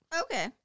Okay